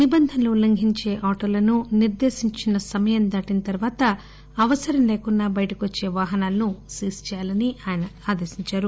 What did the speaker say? నిబంధనలు ఉల్లంఘించే ఆటోలను నిర్దేశించిన సమయం దాటిన తరువాత అవసరం లేకున్నా బయటకు వచ్చే వాహనాలు సీజ్ చేయాలని స్పష్టం చేశారు